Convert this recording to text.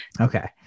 Okay